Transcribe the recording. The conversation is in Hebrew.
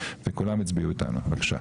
וכולם הצביעו איתנו בבקשה.